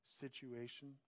situation